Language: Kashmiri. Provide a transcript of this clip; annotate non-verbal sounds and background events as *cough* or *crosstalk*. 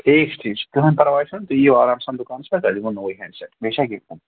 ٹھیٖک چھُ ٹھیٖک چھُ کٕہۭنۍ پَرواے چھُنہٕ تُہۍ یِیِو آرام سان دُکانَس پٮ۪ٹھ تۄہہِ دِمو نوٚوُے ہٮ۪نٛڈ سٮ۪ٹ بیٚیہِ چھا *unintelligible*